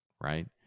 right